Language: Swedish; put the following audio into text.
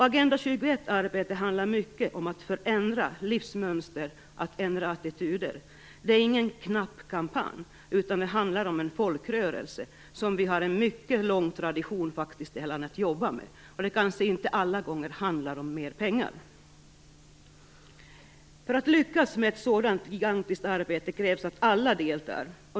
Agenda 21-arbete handlar mycket om att förändra livsmönster och att ändra attityder. Det är ingen knappkampanj, utan det handlar om en folkrörelse som vi har en mycket lång tradition att jobba med, och det kanske inte alla gånger handlar om mer pengar. För att lyckats med ett sådant gigantiskt arbete krävs det att alla deltar.